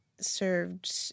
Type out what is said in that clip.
served